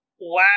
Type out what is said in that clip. Wow